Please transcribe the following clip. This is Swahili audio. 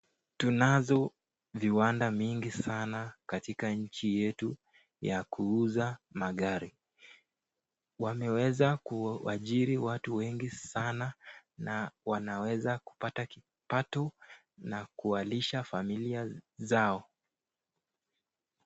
Tunazo viwanda mingi sana katika nchi yetu ya kuuza magari, wameweza kuwajiri watu wengi sana, na wanaeza pata kipato na kuwaalisha familia zao.